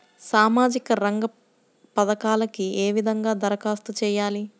సామాజిక రంగ పథకాలకీ ఏ విధంగా ధరఖాస్తు చేయాలి?